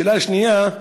שאלה שנייה,